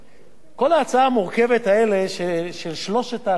כל ההצעה המורכבת של שלוש הקבוצות,